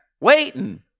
waiting